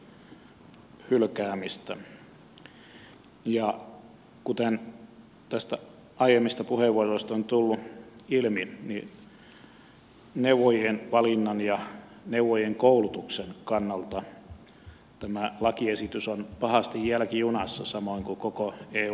kuten näistä aiemmista puheenvuoroista on tullut ilmi niin neuvojien valinnan ja neuvojien koulutuksen kannalta tämä lakiesitys on pahasti jälkijunassa samoin kuin koko eun päätöksenteko